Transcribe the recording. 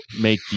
make